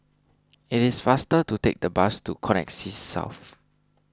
it is faster to take the bus to Connexis South